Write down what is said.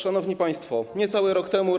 Szanowni państwo, niecały rok temu